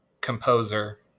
composer